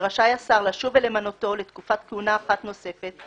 ורשאי השר לשוב ולמנותו לתקופת כהונה אחת נוספת,